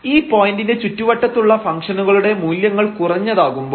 ഈ പോയന്റിന്റെ ചുറ്റുവട്ടത്തുള്ള ഫംഗ്ഷനുകളുടെ മൂല്യങ്ങൾ കുറഞ്ഞതാകുമ്പോൾ